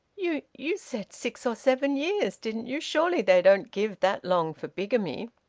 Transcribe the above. you you said six or seven years, didn't you? surely they don't give that long for bigamy?